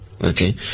Okay